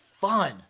fun